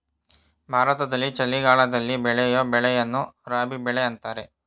ಭಾರತದಲ್ಲಿ ಚಳಿಗಾಲದಲ್ಲಿ ಬೆಳೆಯೂ ಬೆಳೆಯನ್ನು ರಾಬಿ ಬೆಳೆ ಅಂತರೆ